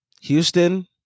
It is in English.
Houston